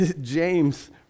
James